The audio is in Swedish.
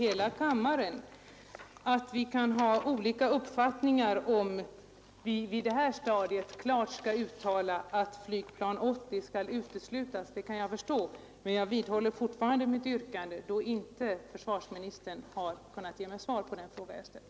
Att det kan finnas olika uppfattningar om huruvida vi på detta stadium klart skall uttala att flygplan 80 skall uteslutas kan jag förstå, även om min uppfattning är att så skall ske. Jag vidhåller fortfarande mitt yrkande, då inte försvarsministern har kunnat ge mig svar på den fråga jag ställt.